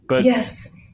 Yes